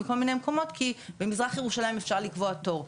כי במזרח ירושלים אפשר לקבוע תור.